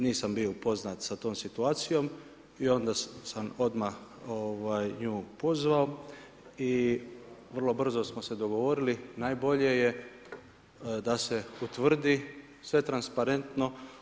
Nisam bio upoznat sa tom situacijom i onda sam odmah nju pozvao i vrlo brzo smo se dogovorili najbolje je da se utvrdi sve transparentno.